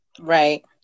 Right